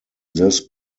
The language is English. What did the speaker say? this